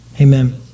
Amen